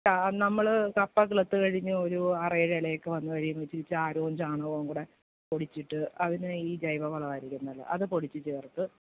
നമ്മൾ കപ്പ നട്ടുകഴിഞ്ഞ് ഒരു ആറേഴ് ഇലയൊക്ക വന്ന് കഴിയുമ്പോൾ ഇച്ചിരി ചാരവും ചാണകവും കൂടെ പൊടിച്ചിട്ട് അതിന് ഈ ജൈവവളമായിരിക്കും നല്ലത് അത് പൊടിച്ച് ചേർക്ക്